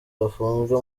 bafunzwe